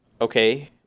okay